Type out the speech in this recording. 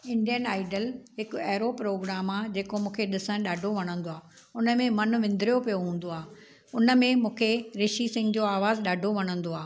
Indian idol हिकु एहिड़ो programme आहे जेको मूंखे ॾिसणु ॾाढो वणंदो आहे हुन में मनु विंद्रियो पियो हूंदो आहे हुन में मूंखे रिशी सिंग जो आवाज़ु ॾाढो वणंदो आहे